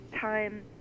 time